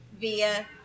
via